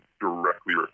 directly